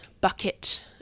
bucket